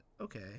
okay